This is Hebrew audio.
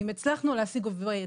אם הצלחנו להשיג עובד,